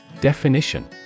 Definition